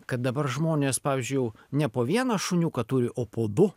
kad dabar žmonės pavyzdžiui jau ne po vieną šuniuką turi o po du